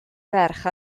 ferch